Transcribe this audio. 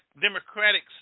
democratic